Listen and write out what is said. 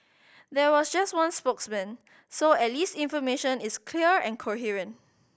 there was just one spokesman so at least information is clear coherent